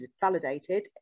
validated